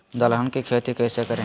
दलहन की खेती कैसे करें?